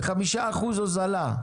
ב-5% הוזלה,